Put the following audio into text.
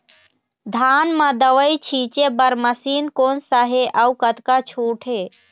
धान म दवई छींचे बर मशीन कोन सा हे अउ कतका छूट हे?